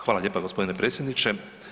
Hvala lijepa gospodine predsjedniče.